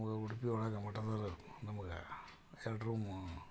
ನಮ್ಗೆ ಉಡುಪಿ ಒಳಗೆ ಮಠದವರು ನಮ್ಗೆ ಎರಡು ರೂಮು